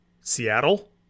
Seattle